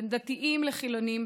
בין דתיים לחילונים,